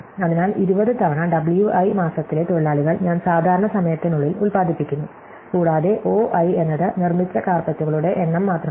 അതിനാൽ 20 തവണ W i മാസത്തിലെ തൊഴിലാളികൾ ഞാൻ സാധാരണ സമയത്തിനുള്ളിൽ ഉൽപാദിപ്പിക്കുന്നു കൂടാതെ O i എന്നത് നിർമ്മിച്ച കാര്പെറ്റുകളുടെ എണ്ണം മാത്രമാണ്